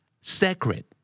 sacred